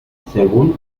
según